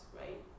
right